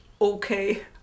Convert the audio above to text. okay